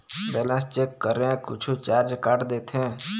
Balance check करें कुछू charge काट देथे?